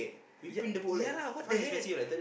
yeah ya lah what the hell